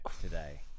today